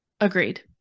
Agreed